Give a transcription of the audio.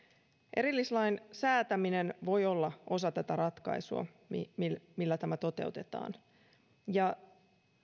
erillislain säätäminen voi olla osa tätä ratkaisua millä millä tämä toteutetaan ja